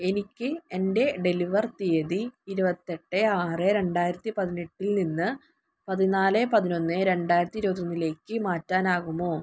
എനിക്ക് എന്റെ ഡെലിവർ തീയതി ഇരുപത്തിയെട്ട് ആറ് രണ്ടായിരത്തി പതിനെട്ടിൽ നിന്ന് പതിനാല് പതിനൊന്ന് രണ്ടായിരത്തി ഇരുപത്തിയൊന്നിലേക്ക് മാറ്റാനാകുമോ